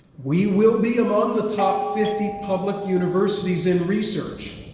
we will be among the top fifty public universities in research.